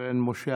חבר הכנסת